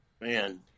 man